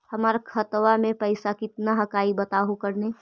हमर खतवा में पैसा कितना हकाई बताहो करने?